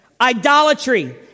Idolatry